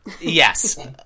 Yes